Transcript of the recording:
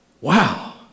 wow